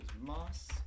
Moss